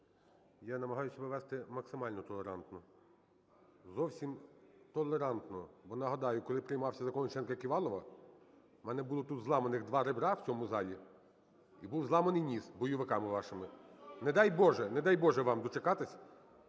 Я намагаюся себе вести максимально толерантно, зовсім толерантно, бо, нагадаю, коли приймався Закон "Колесніченка-Ківалова", у мене було тут зламаних два ребра, в цьому залі, і був зламаний ніс бойовиками вашими. Не дай Боже, не дай Боже, вам дочекатись,